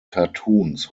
cartoons